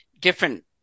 different